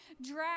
drag